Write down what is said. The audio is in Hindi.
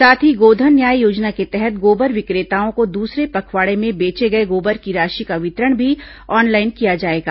साथ ही गोधन न्याय योजना के तहत गोबर विक्रेताओं को दूसरे पखवाड़े में बेचे गए गोबर की राशि का वितरण भी ऑनलाईन किया जाएगा